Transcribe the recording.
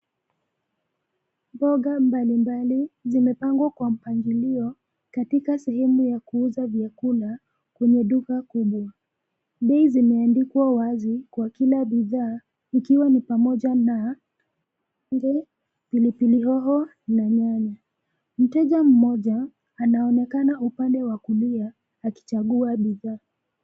Mboga mbali mbali zimepangwa kwa mpangilio katika sehemu ya kuuza vyakula kwenye duka kubwa. Bei zimeandikwa wazi kwa kila bidhaa ikiwa ni pamoja na kunde, pili pili hoho na nyanya. Mteja mmoja anaonekana upande wa kulia akichagua bidhaa.